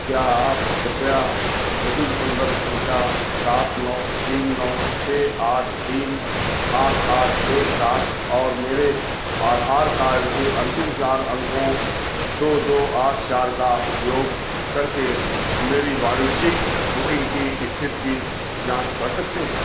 क्या आप कृपया बुकिंग संदर्भ संख्या सात नौ तीन नौ छः आठ तीन आठ आठ एक सात और मेरे आधार कार्ड के अंतिम चार अंकों दो दो आठ चार का उपयोग करके मेरी वाणिज्यिक बुकिंग की स्थिति जांच कर सकते हैं